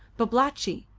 babalatchi,